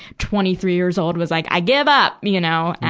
twenty three years old, was like, i give up! you know. and